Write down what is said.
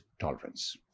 tolerance